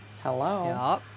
Hello